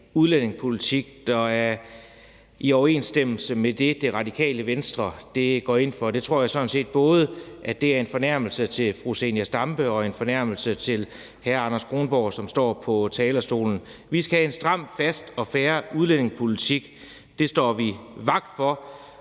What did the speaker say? udlændingepolitik, der er i overensstemmelse med det, Radikale Venstre går ind for, tror jeg sådan set både er en fornærmelse til fru Zenia Stampe og en fornærmelse til hr. Anders Kronborg, som står på talerstolen. Vi skal have en stram, fast og fair udlændingepolitik. Det står vi vagt om,